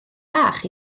bach